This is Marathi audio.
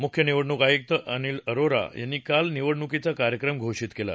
मुख्य निवडणूक आयुक्त सुनील अरोरा यांनी काल या निवडणूकीचा कार्यक्रम घोषित केला